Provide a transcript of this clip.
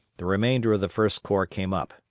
the remainder of the first corps came up,